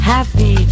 Happy